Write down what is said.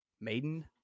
maiden